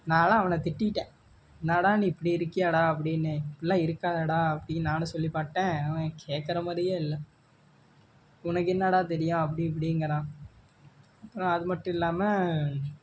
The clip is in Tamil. நான்லாம் அவனை திட்டிவிட்டேன் என்னடா நீ இப்படி இருக்கியேடா அப்படின்னு இப்படிலாம் இருக்காதடா அப்படின்னு நானும் சொல்லி பார்த்துட்டேன் அவன் கேக்கிற மாதிரியே இல்லை உனக்கு என்னடா தெரியும் அப்படி இப்படிங்கிறான் அப்புறம் அது மட்டும் இல்லாமல்